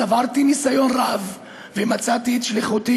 צברתי ניסיון רב ומצאתי את שליחותי